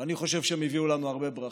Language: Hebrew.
ואני חושב שהם הביאו לנו הרבה ברכה.